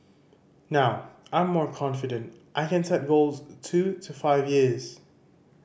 now I'm more confident I can set goals two to five years